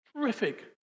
Terrific